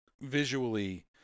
visually